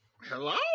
Hello